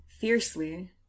fiercely